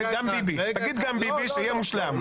תגיד "גם ביבי", שיהיה מושלם.